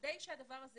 כדי שהדבר הזה